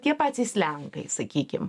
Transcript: tie patys lenkai sakykim